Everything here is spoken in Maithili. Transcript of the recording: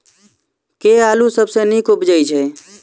केँ आलु सबसँ नीक उबजय छै?